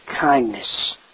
kindness